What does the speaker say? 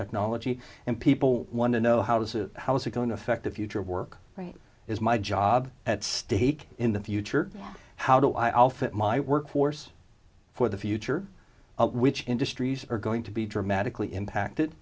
technology and people want to know how does it how is it going to affect the future work right is my job at stake in the future how do i all fit my workforce for the future which industries are going to be dramatically impacted